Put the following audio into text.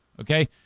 Okay